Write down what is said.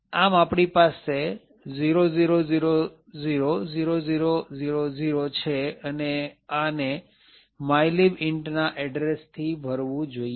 આમ આપણી પાસે 0000 0000 છે અને આ ને mylib int ના એડ્રેસ થી ભરવું જોઈએ